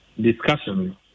discussion